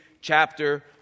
chapter